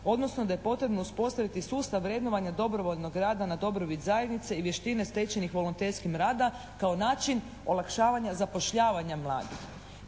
odnosno da je potrebno uspostaviti sustav vrednovanja dobrovoljnog rada na dobrobit zajednice i vještine stečenih volonterskim rada kao način olakšavanja zapošljavanja mladih.